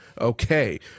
okay